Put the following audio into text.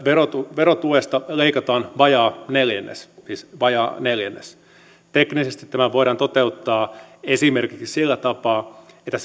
verotuesta leikataan vajaa neljännes siis vajaa neljännes teknisesti tämä voidaan toteuttaa esimerkiksi sillä tapaa että